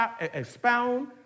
expound